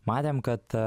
matėm kad